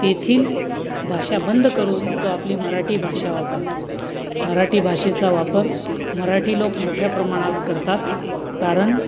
तेथील भाषा बंद करून तो आपली मराठी भाषा वापरतो मराठी भाषेचा वापर मराठी लोक मोठ्या प्रमाणात करतात कारण